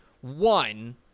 One